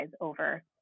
over